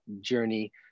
journey